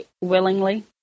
willingly